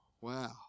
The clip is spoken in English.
Wow